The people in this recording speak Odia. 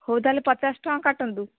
ହଉ ତାହେଲେ ପଚାଶ ଟଙ୍କା କାଟନ୍ତୁ